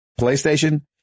PlayStation